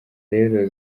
rero